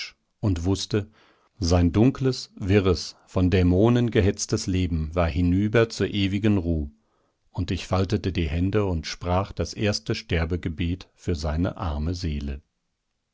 und wußte sein dunkles wirres von dämonen gehetztes leben war hinüber zur ewigen ruh und ich faltete die hände und sprach das erste sterbegebet für seine arme seele